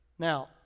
Now